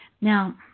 Now